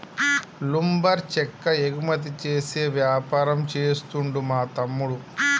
lumber చెక్క ఎగుమతి చేసే వ్యాపారం చేస్తుండు మా తమ్ముడు